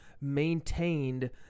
maintained